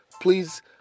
Please